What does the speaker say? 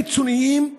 הקיצוניים,